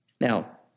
Now